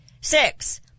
Six